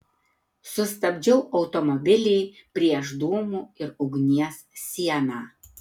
sustabdžiau automobilį prieš dūmų ir ugnies sieną